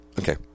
Okay